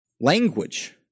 Language